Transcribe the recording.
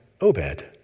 Obed